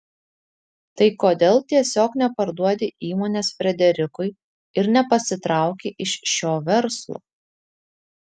tai kodėl tiesiog neparduodi įmonės frederikui ir nepasitrauki iš šio verslo